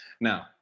Now